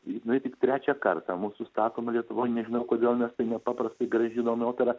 jinai tik trečią kartą mūsų statoma lietuvoj nežinau kodėl nes tai nepaprastai graži įdomi opera